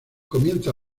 comienza